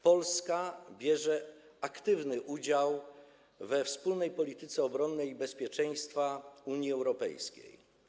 Polska bierze aktywny udział we wspólnej polityce obronnej i bezpieczeństwa Unii Europejskiej.